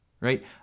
right